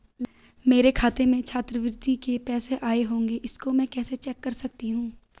मेरे खाते में छात्रवृत्ति के पैसे आए होंगे इसको मैं कैसे चेक कर सकती हूँ?